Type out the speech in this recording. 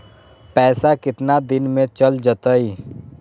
पैसा कितना दिन में चल जतई?